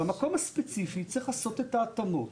במקום הספציפי צריך לעשות את ההתאמות.